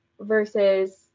versus